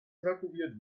evakuiert